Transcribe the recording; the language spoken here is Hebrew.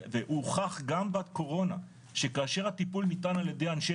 הוכח גם בקורונה שכאשר הטיפול ניתן על ידי אנשי